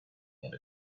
and